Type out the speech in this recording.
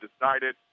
decided